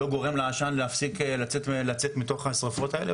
לא גורם לעשן להפסיק לצאת מתוך השריפות האלה.